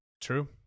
True